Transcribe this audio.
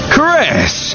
Chris